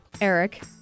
Eric